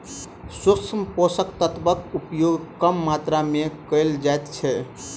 सूक्ष्म पोषक तत्वक उपयोग कम मात्रा मे कयल जाइत छै